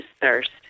thirst